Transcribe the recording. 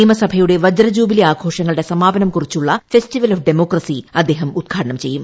നിയമസഭയുടെ വജ്രജൂബിലി ആഘോഷങ്ങളുടെ സമാപനം കുറിച്ചുള്ള ഫെസ്റ്റിവൽ ഓഫ് ഡെമോക്രസി അദ്ദേഹ് ഉദ്ഘാടനം ചെയ്യും